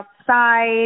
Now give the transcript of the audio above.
outside